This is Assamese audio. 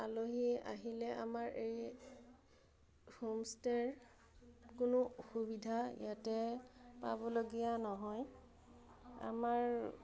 আলহী আহিলে আমাৰ এই হোম ষ্টেৰ কোনো অসুবিধা ইয়াতে পাবলগীয়া নহয় আমাৰ